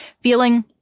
feeling